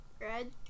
Red